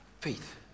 faith